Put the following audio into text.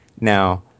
Now